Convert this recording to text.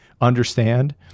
understand